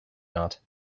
not